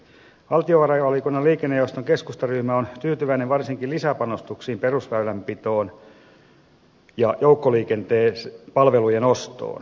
valtiovarainvaliokunnan liikennejaoston keskustaryhmä on tyytyväinen varsinkin lisäpanostuksiin perusväylänpitoon ja joukkoliikenteen palvelujen ostoon